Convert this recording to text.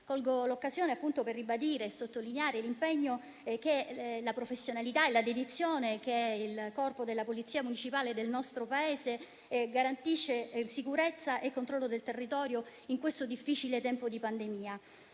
Colgo l'occasione per ribadire e sottolineare l'impegno, la professionalità e la dedizione che il Corpo di polizia municipale del nostro Paese garantisce in sicurezza e controllo del territorio in questo difficile tempo di pandemia,